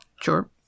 Sure